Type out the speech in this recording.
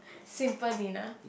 simple dinner